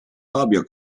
fabio